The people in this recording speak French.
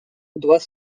doit